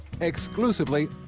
exclusively